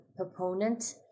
proponent